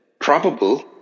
probable